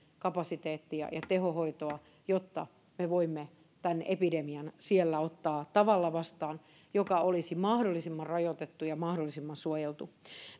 kapasiteettia ja tehohoitoa jotta me voimme tämän epidemian siellä ottaa vastaan tavalla joka olisi mahdollisimman rajoitettu ja mahdollisimman suojeltu